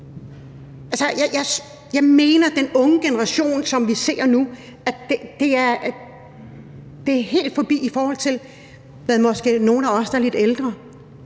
jeg mener, at for den unge generation, som vi ser nu, er det helt forbi, i forhold til hvad måske nogle af os, der er lidt ældre,